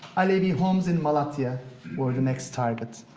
alevi homes in malatya were the next target.